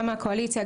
גם מהקואליציה,